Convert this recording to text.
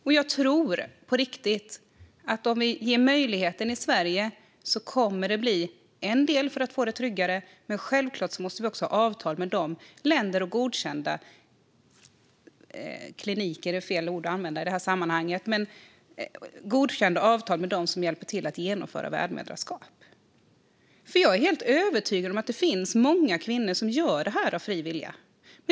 Och jag tror på riktigt att om vi ger möjligheten i Sverige kommer det att bli en del i att få det tryggare. Men självklart måste vi också ha godkända avtal med länder och med dem som hjälper till att genomföra värdmoderskap. Jag är helt övertygad om att det finns många kvinnor som gör detta av fri vilja.